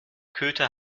köter